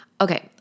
okay